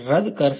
રદ કરશે